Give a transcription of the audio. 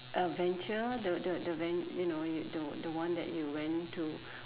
adventure the the the ven~ you know y~ the the one that you went to